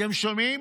אתם שומעים?